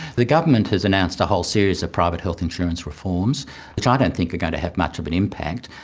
the government has announced a whole series of private health insurance reforms which i don't think are going to have much of an impact.